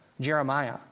Jeremiah